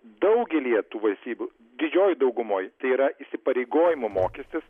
daugelyje tų valstybių didžiojoj daugumoj tai yra įsipareigojimo mokestis